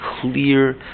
clear